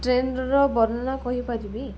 ଟ୍ରେନ୍ର ବର୍ଣ୍ଣନା କହିପାରିବି